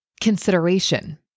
consideration